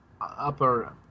upper